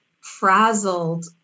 frazzled